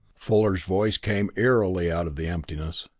fuller's voice came eerily out of the emptiness.